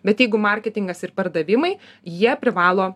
bet jeigu marketingas ir pardavimai jie privalo